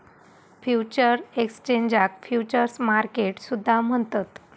futures एक्सचेंजाक futures market सुद्धा म्हणतत